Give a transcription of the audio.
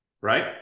Right